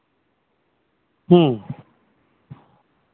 ᱦᱮᱸ